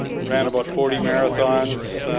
ran but forty marathons,